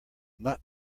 not